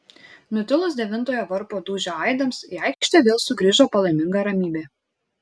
nutilus devintojo varpo dūžio aidams į aikštę vėl sugrįžo palaiminga ramybė